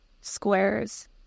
squares